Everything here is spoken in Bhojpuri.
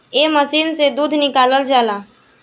एह मशीन से दूध निकालल जाला